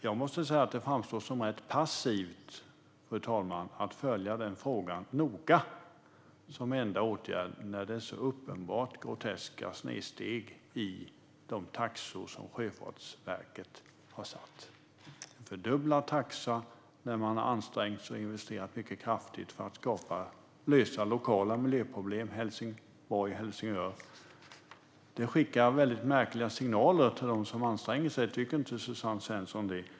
Jag måste säga att det framstår som rätt passivt, fru talman, att som enda åtgärd följa denna fråga noga när det är så uppenbart groteska snedsteg i de taxor som Sjöfartsverket har satt. De fördubblar taxan när rederierna har ansträngt sig och investerat mycket kraftigt för att lösa lokala miljöproblem vid Helsingborg-Helsingör. Det skickar märkliga signaler till dem som anstränger sig - tycker inte Suzanne Svensson det?